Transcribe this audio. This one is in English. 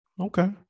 Okay